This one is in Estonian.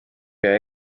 pea